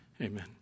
Amen